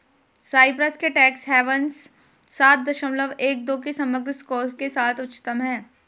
Cyprus के tax havens सात दशमलव एक दो के समग्र स्कोर के साथ उच्चतम हैं